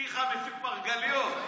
פיך מפיק מרגליות.